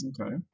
Okay